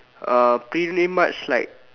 uh pretty much like